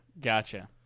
gotcha